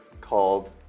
called